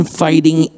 fighting